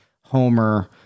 Homer